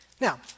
Now